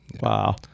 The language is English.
Wow